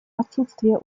отсутствия